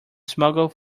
smuggled